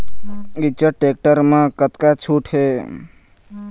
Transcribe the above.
Eicher tractor म कतका छूट हे?